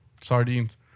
sardines